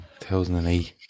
2008